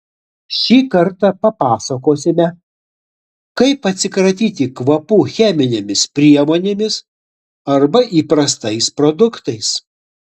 šį kartą papasakosime kaip atsikratyti kvapų cheminėmis priemonėmis arba įprastais produktais